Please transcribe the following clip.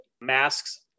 masks